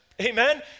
amen